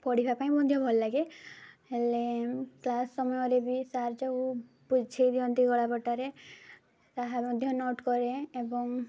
ପଢ଼ିବା ପାଇଁ ମଧ୍ୟ ଭଲ ଲାଗେ ହେଲେ କ୍ଲାସ୍ ସମୟରେ ବି ସାର୍ ଯୋଗୁଁ ବୁଝାଇ ଦିଅନ୍ତି କଳାପଟାରେ ତାହା ମଧ୍ୟ ନୋଟ୍ କରେ ଏବଂ